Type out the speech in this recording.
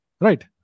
Right